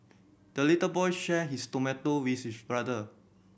the little boy shared his tomato with his brother